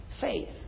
faith